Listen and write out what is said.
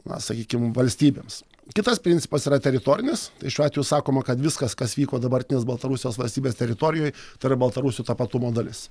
na sakykim valstybėms kitas principas yra teritorinis tai šiuo atveju sakoma kad viskas kas vyko dabartinės baltarusijos valstybės teritorijoj tai yra baltarusių tapatumo dalis